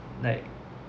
like